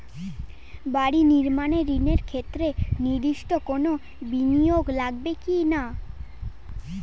বাড়ি নির্মাণ ঋণের ক্ষেত্রে নির্দিষ্ট কোনো বিনিয়োগ লাগবে কি না?